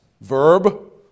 verb